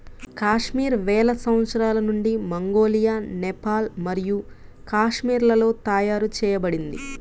కాశ్మీర్ వేల సంవత్సరాల నుండి మంగోలియా, నేపాల్ మరియు కాశ్మీర్లలో తయారు చేయబడింది